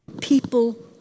People